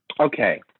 Okay